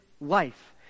life